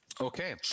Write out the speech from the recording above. Okay